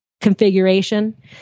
configuration